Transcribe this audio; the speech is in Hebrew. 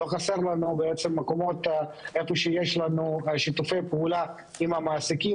לא חסרים לנו מקומות בהם יש לנו שיתופי פעולה עם המעסיקים.